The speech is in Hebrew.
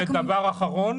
ודבר אחרון,